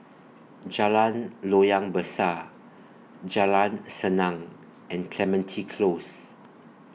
Jalan Loyang Besar Jalan Senang and Clementi Close